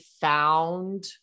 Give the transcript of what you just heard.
found